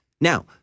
Now